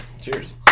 Cheers